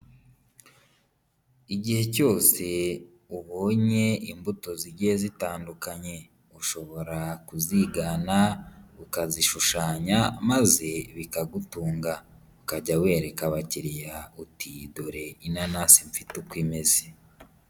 Igihe cyose ubonye imbuto zigiye zitandukanye, ushobora kuzigana, ukazishushanya maze bikagutunga. Ukajya wereka abakiriya uti" dore inanasi mfite uko imeze".